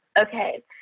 Okay